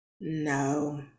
no